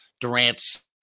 Durant's